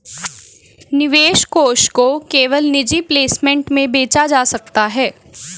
निवेश कोष को केवल निजी प्लेसमेंट में बेचा जा सकता है